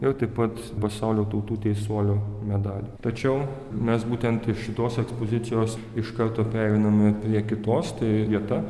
ir taip pat pasaulio tautų teisuolio medalį tačiau mes būtent iš šitos ekspozicijos iš karto pereiname prie kitos tai vieta